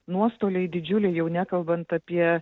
nuostoliai didžiuliai jau nekalbant apie